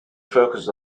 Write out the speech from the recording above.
focuses